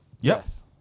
Yes